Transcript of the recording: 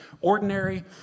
ordinary